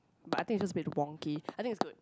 but it is a bit wonky I think it's to